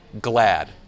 glad